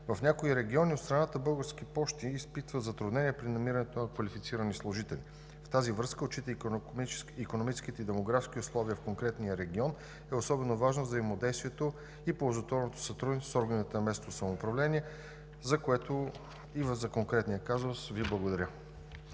В някои региони от страната „Български пощи“ изпитват затруднения при намирането на квалифицирани служители. В тази връзка, отчитайки икономическите и демографските условия в конкретния регион, е особено важно взаимодействието и ползотворното сътрудничество с органите на местното самоуправление, за което и за конкретния казус Ви благодаря.